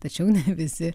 tačiau ne visi